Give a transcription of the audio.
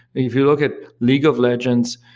if you look at league of legends,